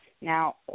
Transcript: Now